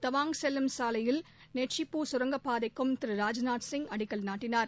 தவாங் செல்லும் சாலையில் நெச்சுப்பூ சுரங்கப்பாதைக்கும் திரு ராஜ்நாத்சிங் அடிக்கல் நாட்டினார்